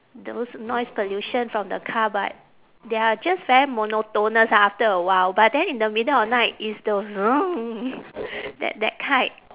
those noise pollution from the car but they are just very monotonous ah after a while but then in the middle of night it's those that that type